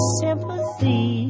sympathy